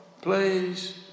please